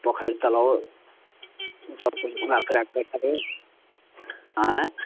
पोखरि तलाब ई सभ किछु घुमै फिरै कऽ आँय